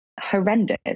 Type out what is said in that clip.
horrendous